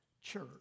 church